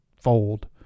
fold